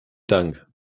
dank